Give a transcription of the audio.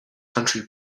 country